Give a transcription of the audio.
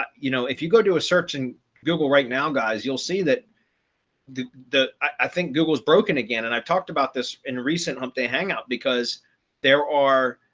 but you know, if you go to a search in google right now, guys, you'll see that the the i think google's broken again, and i've talked about this in recent hump day hangout, because there are,